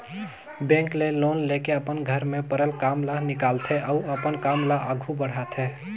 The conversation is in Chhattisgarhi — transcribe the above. बेंक ले लोन लेके अपन घर में परल काम ल निकालथे अउ अपन काम ल आघु बढ़ाथे